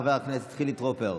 חבר הכנסת חילי טרופר,